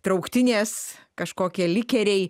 trauktinės kažkokie likeriai